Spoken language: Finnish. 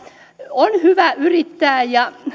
on hyvä yrittää ja